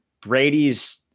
Brady's –